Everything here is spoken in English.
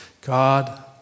God